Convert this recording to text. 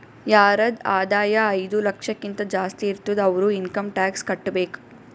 ಯಾರದ್ ಆದಾಯ ಐಯ್ದ ಲಕ್ಷಕಿಂತಾ ಜಾಸ್ತಿ ಇರ್ತುದ್ ಅವ್ರು ಇನ್ಕಮ್ ಟ್ಯಾಕ್ಸ್ ಕಟ್ಟಬೇಕ್